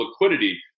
liquidity